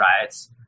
riots